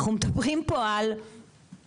אנחנו מדברים פה על לחדול,